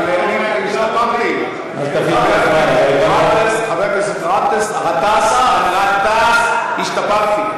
חבר הכנסת גטאס, גטאס, השתפרתי.